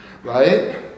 Right